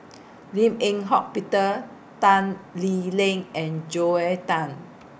Lim Eng Hock Peter Tan Lee Leng and Joel Tan